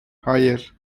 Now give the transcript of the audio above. hayır